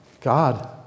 God